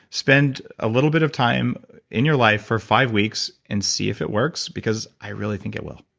spend a little bit of time in your life for five weeks and see if it works because i really think it will.